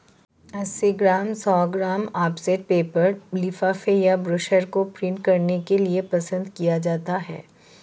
अस्सी ग्राम, सौ gram offset paper लिफाफे या ब्रोशर को प्रिंट करने के लिए पसंद किया जाता है